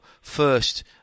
first